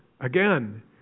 Again